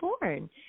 born